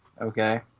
Okay